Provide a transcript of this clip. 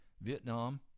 Vietnam